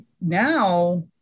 Now